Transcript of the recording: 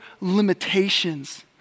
limitations